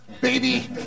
baby